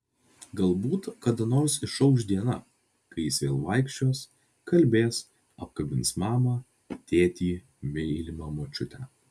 galbūt kada nors išauš diena kai jis vėl vaikščios kalbės apkabins mamą tėtį mylimą močiutę